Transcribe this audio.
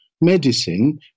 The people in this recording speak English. medicine